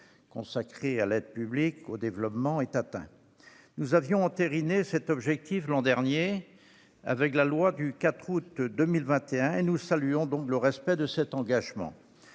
consacrée à l'aide publique au développement est atteint. Nous avions entériné cet objectif l'an dernier, au travers de la loi du 4 août 2021 ; nous saluons donc le respect de cet engagement.